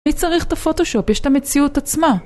מי צריך את הפוטושופ יש את המציאות עצמה